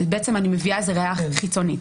בעצם אני מביאה ראייה חיצונית.